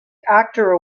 actor